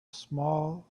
small